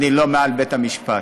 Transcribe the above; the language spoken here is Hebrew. אני לא מעל בית-המשפט.